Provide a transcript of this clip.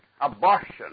abortion